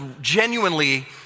genuinely